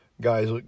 Guys